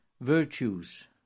virtues